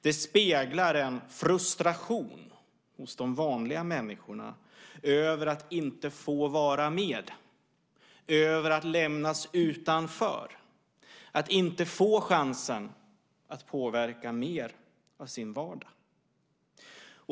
Det speglar en frustration hos de vanliga människorna över att inte få vara med, över att lämnas utanför och inte få chansen att påverka mer av sin vardag.